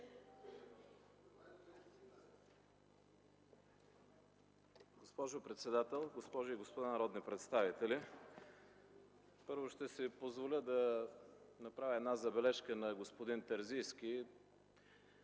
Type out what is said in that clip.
Госпожо председател, госпожи и господа народни представители! Първо ще си позволя да направя забележка на господин Терзийски.